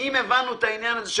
אם הבנו את העניין הזה,